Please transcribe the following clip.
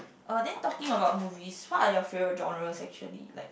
uh then talking about movies what are your favourite genres actually like